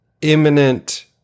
imminent